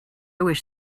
wish